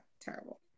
terrible